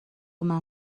منم